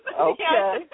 Okay